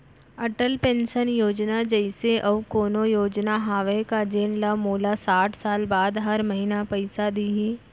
Atal pension Yojana जइसे अऊ कोनो योजना हावे का जेन ले मोला साठ साल बाद हर महीना पइसा दिही?